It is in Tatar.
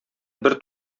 бер